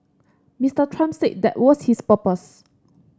Mister Trump said that was his purpose